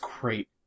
great